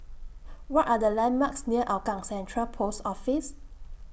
What Are The landmarks near Hougang Central Post Office